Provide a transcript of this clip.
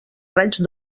raig